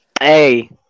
Hey